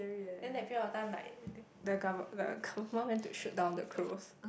then that period of time like the gove~ the government went to shoot down the crows